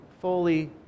fully